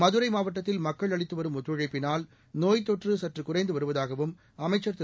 மதுரை மாவட்டத்தில் மக்கள் அளித்துவரும் ஒத்துழைப்பினால் நோய்த் தொற்று சற்று குறைந்து வருவதாகவும் அமைச்சர் திரு